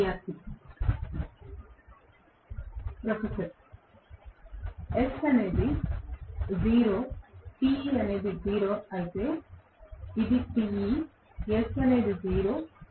విద్యార్థి professor S అనేది 0 Te అనేది 0 అవును ఇది Te S అనేది 0 Te అనేది 0